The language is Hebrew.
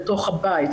בתוך הבית,